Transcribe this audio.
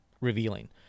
revealing